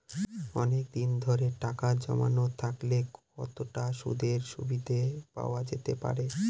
অনেকদিন ধরে টাকা জমানো থাকলে কতটা সুদের সুবিধে পাওয়া যেতে পারে?